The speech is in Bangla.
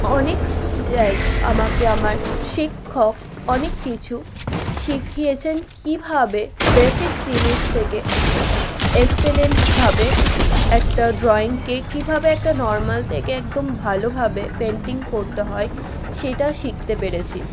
অনেক জায় আমাকে আমার শিক্ষক অনেক কিছু শিখিয়েছেন কীভাবে বেসিক জিনিস থেকে এক্সেলেন্টভাবে একটা ড্রইংকে কীভাবে একটা নরম্যাল থেকে একদম ভালোভাবে পেন্টিং করতে হয় সেটা শিখতে পেরেছি